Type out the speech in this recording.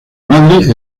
madre